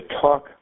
talk